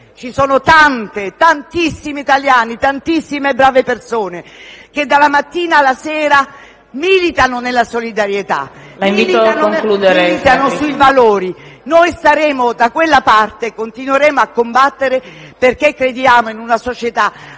ci sono tantissimi italiani, tantissime brave persone che dalla mattina alla sera militano nella solidarietà e militano sui valori. Noi staremo da quella parte e continueremo a combattere, perché crediamo in una società